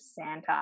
Santa